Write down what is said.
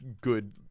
good